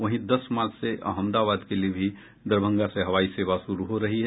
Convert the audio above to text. वहीं दस मार्च से अहमदाबाद के लिए भी दरभंगा से हवाई सेवा शुरू हो रही है